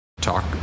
talk